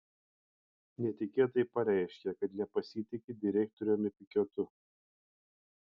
netikėtai pareiškė kad nepasitiki direktoriumi pikiotu